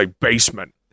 basement